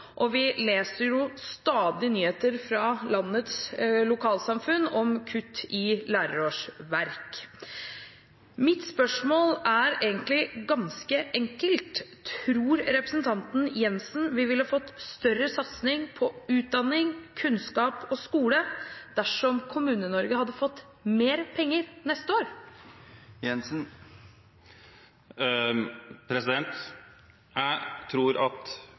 og vi leser jo stadig nyheter fra landets lokalsamfunn om kutt i lærerårsverk. Mitt spørsmål er egentlig ganske enkelt: Tror representanten Jenssen vi ville fått større satsing på utdanning, kunnskap og skole dersom Kommune-Norge hadde fått mer penger neste år? Jeg tror